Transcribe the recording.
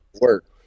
work